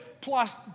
plus